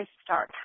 start